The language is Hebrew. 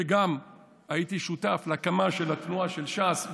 שגם הייתי שותף להקמה של התנועה של ש"ס,